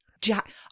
Jack